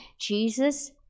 Jesus